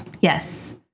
Yes